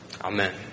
Amen